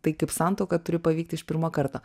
tai kaip santuoka turi pavykti iš pirmo karto